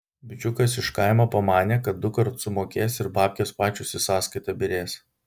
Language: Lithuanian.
bičiukas iš kaimo pamanė kad dukart sumokės ir babkės pačios į sąskaitą byrės